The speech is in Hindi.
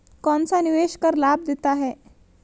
कौनसा निवेश कर लाभ देता है?